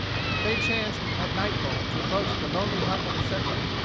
if they chanced, at nightfall, to approach the lonely hut of a settler,